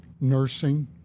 nursing